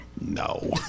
No